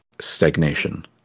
stagnation